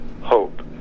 hope